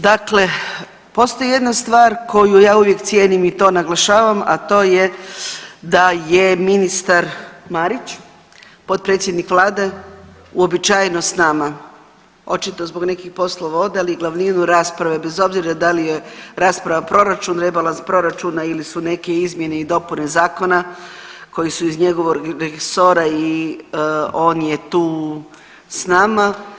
Dakle, postoji jedna stvar koju ja uvijek cijenim i to naglašavam, a to je da je ministar Marić potpredsjednik vlade uobičajeno s nama, očito zbog nekih poslova ode, ali glavninu rasprave bez obzira da li je rasprava proračun, rebalans proračuna ili su neke izmjene i dopune zakona koje su iz njegovog resora i on je tu s nama.